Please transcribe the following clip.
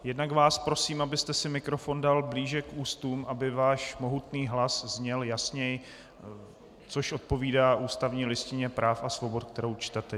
Jednak vás prosím, abyste si mikrofon dal blíže k ústům, aby váš mohutný hlas zněl jasněji, což odpovídá ústavní listině práv a svobod, kterou čtete.